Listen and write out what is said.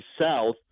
South